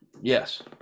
Yes